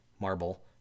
Marble